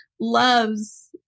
loves